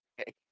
Okay